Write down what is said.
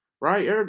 right